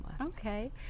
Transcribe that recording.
Okay